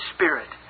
Spirit